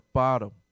bottom